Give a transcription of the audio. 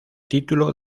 título